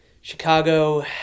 Chicago